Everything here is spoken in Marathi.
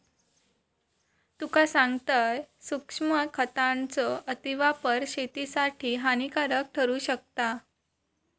तुका सांगतंय, सूक्ष्म खतांचो अतिवापर शेतीसाठी हानिकारक ठरू शकता